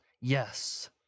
yes